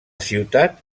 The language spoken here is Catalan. ciutat